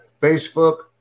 Facebook